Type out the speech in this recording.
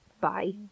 Bye